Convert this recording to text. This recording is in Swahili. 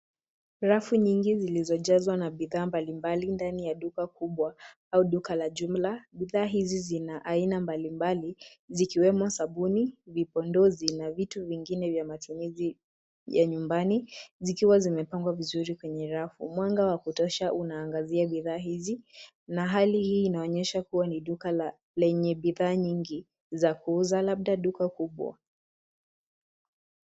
Rafu nyingi zenye bidhaa mbalimbali ndani ya duka au soko la jumla. Bidhaa hizi ni aina tofauti, zikiwemo sabuni, vipodozi, na vitu vingine vya matumizi ya nyumbani. Zinapowekwa kwa utaratibu kwenye rafu, zinaunda mtiririko mzuri wa bidhaa. Mwanga wa kutosha unazidi kuangazia bidhaa hizi. Hali hii inafanya duka liwe lenye bidhaa nyingi zenye mpangilio mzuri